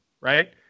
right